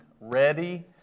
ready